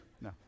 No